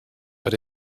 but